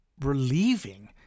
relieving